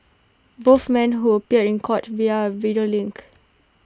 both men who appeared in court via A video link